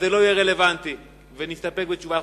אז זה לא יהיה רלוונטי ונסתפק בתשובה.